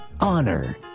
honor